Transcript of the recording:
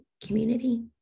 community